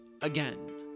again